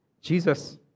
Jesus